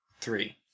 three